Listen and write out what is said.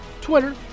Twitter